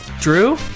Drew